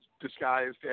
disguised